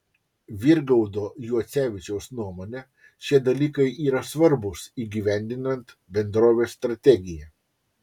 virgaudo juocevičiaus nuomone šie dalykai yra svarbūs įgyvendinant bendrovės strategiją